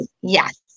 Yes